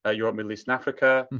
ah europe, middle east, and africa.